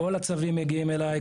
כל הצווים מגיעים אליי.